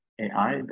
AI